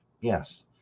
Yes